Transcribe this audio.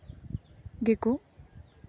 ᱜᱮᱠᱚ